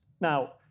Now